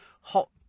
hot